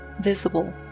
visible